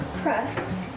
pressed